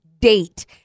Date